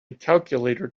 calculator